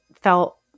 felt